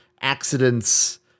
accidents